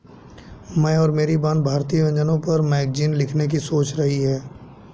मैं और मेरी बहन भारतीय व्यंजनों पर मैगजीन लिखने की सोच रही है